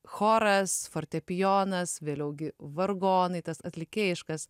choras fortepijonas vėliau gi vargonai tas atlikėjiškas